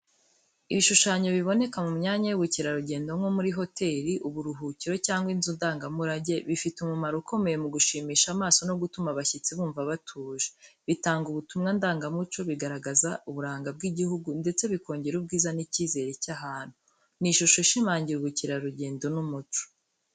Ibishushanyo biboneka mu myanya y’ubukerarugendo nko muri hoteli, uburuhukiro cyangwa inzu ndangamurage, bifite umumaro ukomeye mu gushimisha amaso no gutuma abashyitsi bumva batuje. Bitanga ubutumwa ndangamuco, bigaragaza uburanga bw’igihugu ndetse bikongera ubwiza n'icyizere cy’ahantu. Ni ishusho ishimangira ubukerarugendo n’umuco.